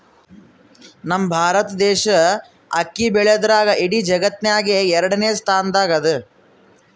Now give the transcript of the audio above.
ನಮ್ ಭಾರತ್ ದೇಶ್ ಅಕ್ಕಿ ಬೆಳ್ಯಾದ್ರ್ದಾಗ್ ಇಡೀ ಜಗತ್ತ್ನಾಗೆ ಎರಡನೇ ಸ್ತಾನ್ದಾಗ್ ಅದಾ